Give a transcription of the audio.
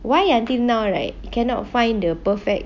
why you until now right you cannot find the perfect